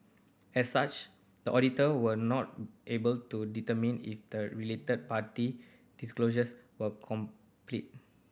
as such the auditor were not able to determine if the related party disclosures were complete